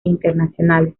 internacionales